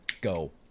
go